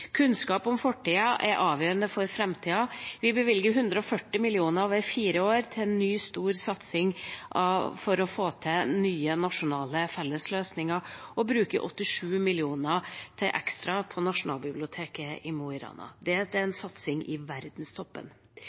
Kunnskap om fortida er avgjørende for framtida. Vi bevilger 140 mill. kr over fire år til en ny, stor satsing for å få til nye nasjonale fellesløsninger og bruker 87 mill. kr ekstra på Nasjonalbiblioteket i Mo i Rana. Dette er en satsing i verdenstoppen.